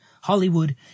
Hollywood